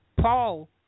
Paul